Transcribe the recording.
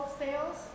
sales